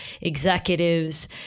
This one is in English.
executives